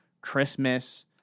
Christmas